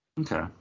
Okay